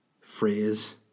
phrase